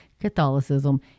Catholicism